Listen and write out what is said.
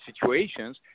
situations